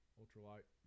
ultralight